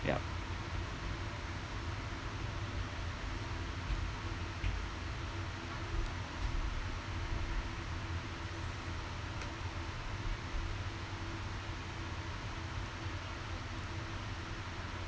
yup